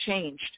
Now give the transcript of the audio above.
changed